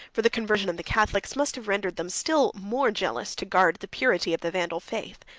for the conversion of the catholics, must have rendered them still more jealous to guard the purity of the vandal faith.